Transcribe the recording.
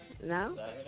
No